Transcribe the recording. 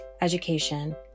education